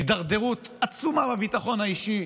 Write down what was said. הידרדרות עצומה בביטחון האישי,